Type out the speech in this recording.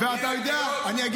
אתה יודע למה?